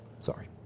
Sorry